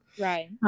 Right